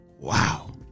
Wow